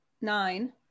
nine